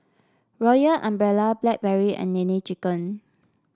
Royal Umbrella Blackberry and Nene Chicken